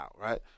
right